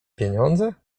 pieniądze